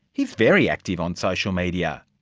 he's very active on social media,